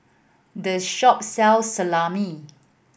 this shop sells Salami